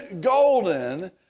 golden